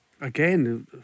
Again